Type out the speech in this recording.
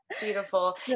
Beautiful